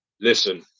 Listen